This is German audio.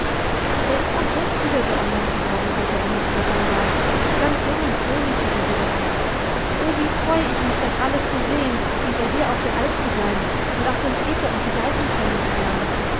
er ist auch selbst wieder so anders geworden als er eine zeitlang war ganz jung und fröhlich sieht er wieder aus oh wie freu ich mich das alles zu sehen und bei dir auf der alp zu sein und auch den peter und die geißen kennenzulernen